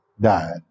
died